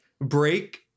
break